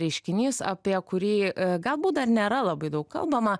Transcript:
reiškinys apie kurį galbūt dar nėra labai daug kalbama